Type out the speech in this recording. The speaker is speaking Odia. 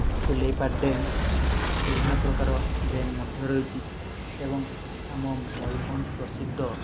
ସୁଲେଇପାଟ୍ ଡ୍ୟାମ୍ ବିଭିନ୍ନ ପ୍ରକାର ଡ୍ୟାମ୍ ମଧ୍ୟ ରହିଛି ଏବଂ ଆମ ମୟୂରଭଞ୍ଜ ପ୍ରସିଦ୍ଧ